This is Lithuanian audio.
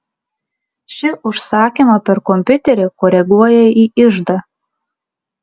ši užsakymą per kompiuterį koreguoja į iždą